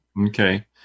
Okay